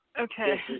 Okay